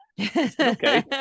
Okay